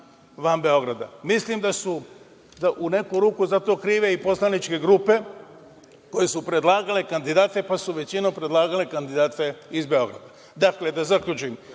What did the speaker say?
Mislim da su u neku ruku za to krive i poslaničke grupe koje su predlagale kandidate, pa su većinom predlagale kandidate iz Beograda. Dakle, da zaključim,